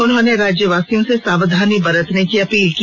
उन्होंने राज्यवासियों से सावधानी बरतने की अपील की